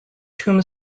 tomb